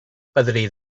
padrí